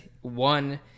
one